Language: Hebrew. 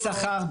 גג שכר.